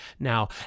Now